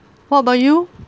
what about you